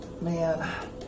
Man